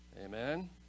Amen